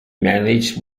managed